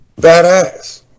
badass